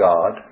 God